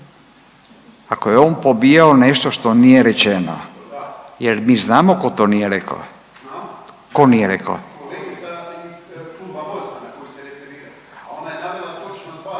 ako je pobijao nešto što nije rečeno, je li znamo tko to nije rekao? Ako je on